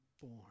born